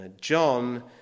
John